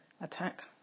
attack